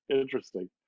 Interesting